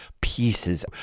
pieces